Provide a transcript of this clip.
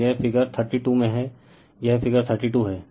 तो यह figure thirty 2 में है यह फिगर 32 है